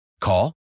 Call